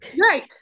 right